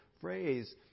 phrase